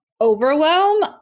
overwhelm